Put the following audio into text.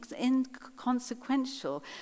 inconsequential